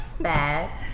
bad